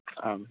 आम्